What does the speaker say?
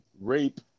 rape